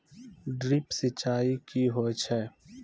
Drip सिंचाई कि होय छै?